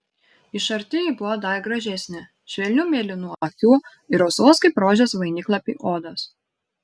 iš arti ji buvo dar gražesnė švelnių mėlynų akių ir rausvos kaip rožės vainiklapiai odos